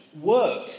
work